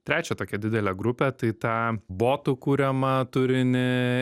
trečią tokią didelę grupę tai tą botų kuriamą turinį